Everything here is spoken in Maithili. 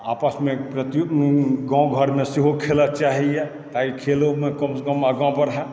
आपसमे प्रतियो गाँव घरमे सेहो खेलऽ चाहैए अहि खेलोमे कमसँ कम आगाँ बढ़ए